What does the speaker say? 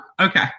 Okay